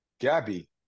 Gabby